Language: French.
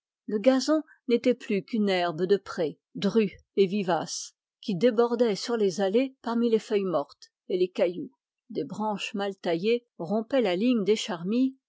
le gazon n'était plus qu'une herbe de pré drue et vivace qui débordait sur les allées parmi les feuilles mortes et les cailloux des branches mal taillées rompaient la ligne des charmilles